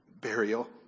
burial